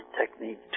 technique